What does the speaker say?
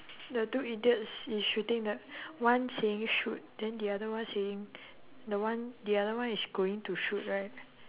the two idiots is shooting right one is seeing him shoot then the other one is seeing the one the other one is going to shoot right